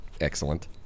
Excellent